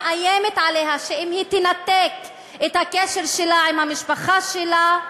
מאיימת עליה שאם היא תנתק את הקשר שלה עם המשפחה שלה,